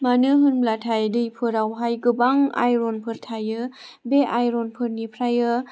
मानो होनब्लाथाय दैफोरावहाय गोबां आइर'नफोर थायो बे आइर'नफोरनिफ्राय